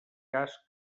cas